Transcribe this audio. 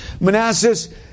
Manassas